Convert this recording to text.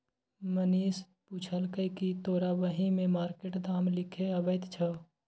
मनीष पुछलकै कि तोरा बही मे मार्केट दाम लिखे अबैत छौ